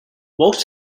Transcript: most